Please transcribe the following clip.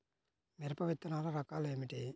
మిరప విత్తనాల రకాలు ఏమిటి?